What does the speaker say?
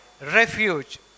refuge